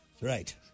Right